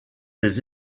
des